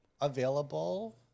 available